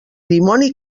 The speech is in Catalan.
dimoni